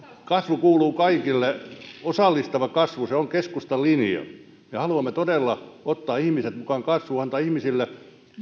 kasvu kuuluu kaikille osallistava kasvu se on keskustan linja me haluamme todella ottaa ihmiset mukaan kasvuun ja antaa ihmisille